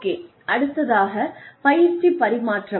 அடுத்ததாகப் பயிற்சி பரிமாற்றம்